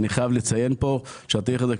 אני חייב לציין שהתהליך הזה,